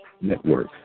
Network